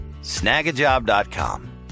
snagajob.com